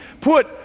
put